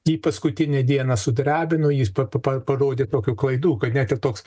jį paskutinę dieną sudrebino jis pa pa parodė tokių klaidų kad net ir toks